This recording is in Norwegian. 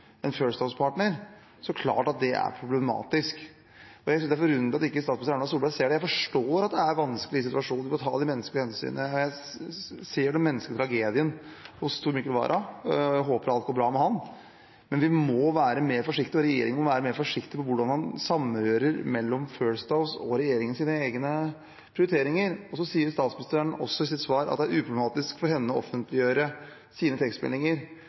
en First House-partner, er det klart at det er problematisk. Jeg synes det er forunderlig at statsminister Erna Solberg ikke ser det. Jeg forstår at det er vanskelig å ta menneskelige hensyn i den situasjonen. Og jeg ser den menneskelige tragedien hos Tor Mikkel Wara og håper alt går bra med ham, men vi må være mer forsiktige, og regjeringen må være mer forsiktig med hvordan man samrører mellom First House og regjeringens egne prioriteringer. Så sier statsministeren også i sitt svar at det er uproblematisk for henne å offentliggjøre sine tekstmeldinger.